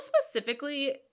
specifically